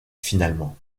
finalement